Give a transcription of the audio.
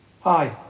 Hi